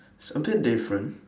it's a bit different